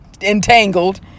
entangled